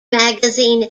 magazine